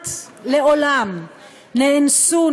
שכמעט לעולם נאנסו,